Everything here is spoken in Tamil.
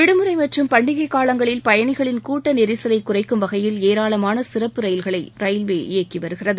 விடுமுறை மற்றும் பண்டிகை காலங்களில் பயணிகளின் கூட்ட நெரிசலை குறைக்கும் வகையில் ஏராளமான சிறப்பு ரயில்களை ரயில்வே இயக்கி வருகிறது